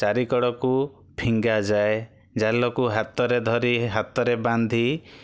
ଚାରି କଡ଼କୁ ଫିଙ୍ଗା ଯାଏ ଜାଲକୁ ହାତରେ ଧରି ହାତରେ ବାନ୍ଧି